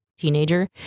Teenager